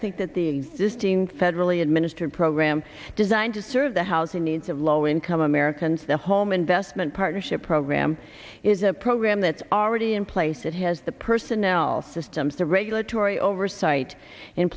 think that the existing federally administered program designed to serve the housing needs of low income americans the home investment partnership program is a program that are already in place that has the personnel systems the regulatory oversight in